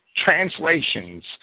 translations